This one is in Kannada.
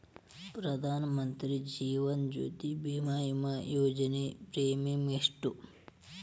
ಪ್ರಧಾನ ಮಂತ್ರಿ ಜೇವನ ಜ್ಯೋತಿ ಭೇಮಾ, ವಿಮಾ ಯೋಜನೆ ಪ್ರೇಮಿಯಂ ಎಷ್ಟ್ರಿ?